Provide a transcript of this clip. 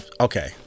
okay